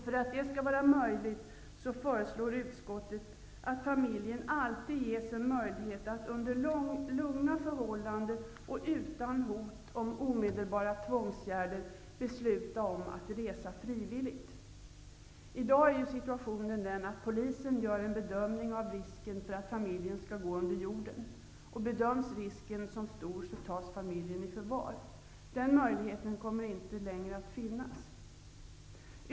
För att det skall vara möjligt föreslår utskottet att familjen alltid skall ges en möjlighet att under lugna förhållanden och utan hot om omedelbara tvångsåtgärder besluta om att resa frivilligt. I dag är situationen den att polisen gör en bedömning av risken för att familjen skall gå under jorden. Bedöms risken som stor tas familjen i förvar. Den möjligheten kommer inte längre att finnas.